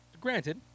Granted